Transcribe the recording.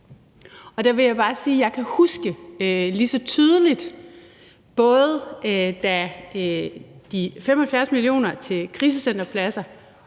Og der vil jeg bare sige, at jeg kan huske lige så tydeligt, både da de 75 mio. kr. til krisecenterpladser,